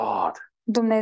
God